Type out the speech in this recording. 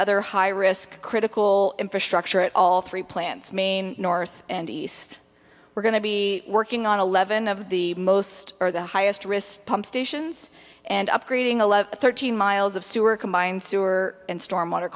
other high risk critical infrastructure at all three plants main north and east we're going to be working on eleven of the most or the highest risk pump stations and upgrading the thirteen miles of sewer combined sewer and storm